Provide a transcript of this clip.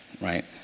right